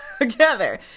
together